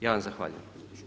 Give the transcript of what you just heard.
Ja vam zahvaljujem.